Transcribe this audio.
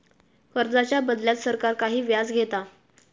कर्जाच्या बदल्यात सरकार काही व्याज घेता